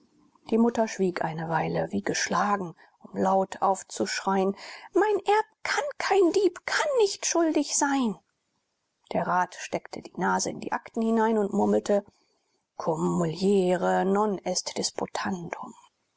die mutter schwieg eine weile wie geschlagen um laut aufzuschreien mein erb kann kein dieb kann nicht schuldig sein der rat steckte die nase in die akten hinein und murmelte cum muliere non est